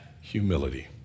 humility